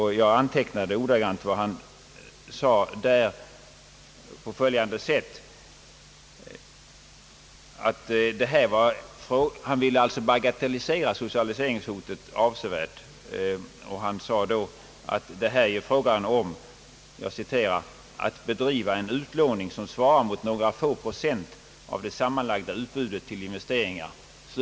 Han ville bagatellisera det avsevärt, och jag antecknade att han sade att det ju är fråga om »att bedriva en utlåning som svarar mot några få procent av det sammanlagda utbudet till investeringar».